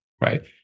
right